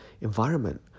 environment